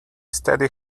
steady